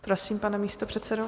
Prosím, pane místopředsedo.